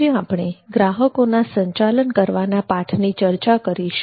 આજે આપણે ગ્રાહકોના સંચાલન કરવાના પાઠની ચર્ચા કરીશું